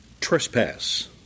trespass